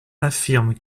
affirme